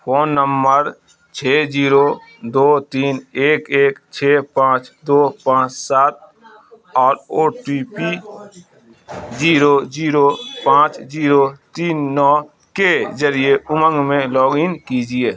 phone number چھ zero دو تین ایک ایک چھ پانچ دو پانچ سات اور O T P zero zero پانچ زیرو تین نو کے ذریعے امنگ میں لاگ ان کیجیے